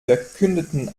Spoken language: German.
verkündeten